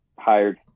hired